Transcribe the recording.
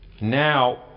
Now